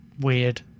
weird